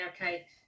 okay